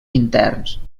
interns